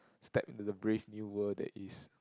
step into the brave new World that is